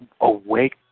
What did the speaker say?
awake